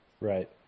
Right